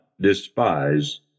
despise